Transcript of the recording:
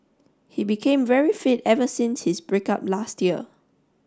he became very fit ever since his break up last year